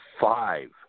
five